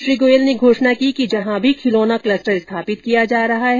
श्री गोयल ने घोषणा की कि जहां भी खिलौना क्लस्टर स्थापित किया जा रहा है